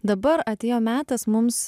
dabar atėjo metas mums